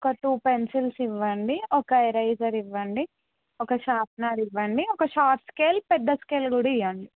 ఒక two pencils ఇవ్వండి ఒక ఏరేజర్ ఇవ్వండి ఒక షార్ప్నర్ ఇవ్వండి ఒక షాట్ స్కేల్ పెద్ద స్కేల్ కూడా ఇవ్వండి